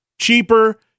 cheaper